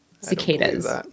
Cicadas